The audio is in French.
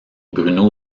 bruno